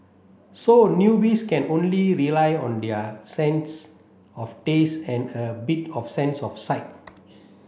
so newbies can only rely on their sense of taste and a bit of sense of sight